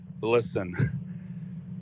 listen